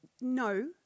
No